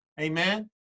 amen